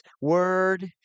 Word